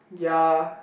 ya